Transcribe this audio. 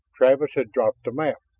travis had dropped the map.